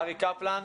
אריק קפלן,